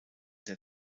der